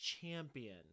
champion